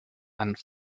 and